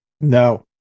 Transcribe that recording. No